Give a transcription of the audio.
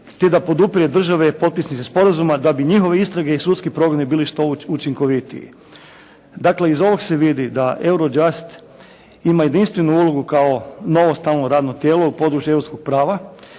te da podupire države potpisnice sporazuma da bi njihove istrage i sudski progoni bili što učinkovitiji. Dakle, iz ovog se vidi da Eurojust ima jedinstvenu ulogu kao novo stalno radno tijelo u području europskog prava